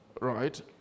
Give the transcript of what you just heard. Right